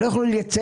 הם לא יוכלו לייצא,